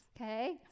Okay